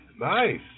Nice